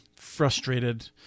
frustrated